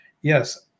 yes